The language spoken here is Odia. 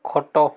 ଖଟ